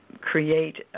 create